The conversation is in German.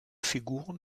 figuren